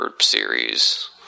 series